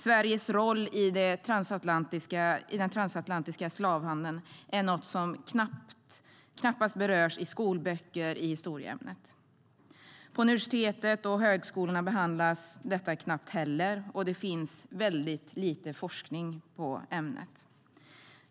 Sveriges roll i den transatlantiska slavhandeln är någonting som knappt berörs i skolböcker i historieämnet. På universiteten och högskolorna behandlas detta knappt heller, och det finns mycket lite forskning på ämnet.